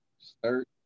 start